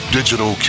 Digital